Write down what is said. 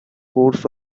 course